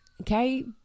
okay